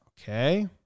Okay